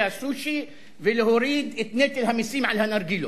הסושי ולהוריד את נטל המסים על הנרגילות.